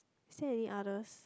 is there any others